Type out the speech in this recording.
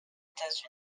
états